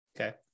Okay